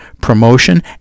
promotion